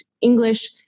English